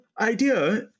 idea